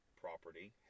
property